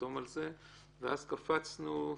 את הצעות החוק פה אחד נגד,